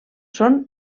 són